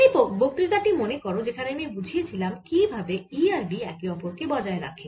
সেই বক্তৃতা টি মনে করো যেখানে আমি বুঝিয়েছিলাম কি ভাবে E আর B একে অপর কে বজায় রাখে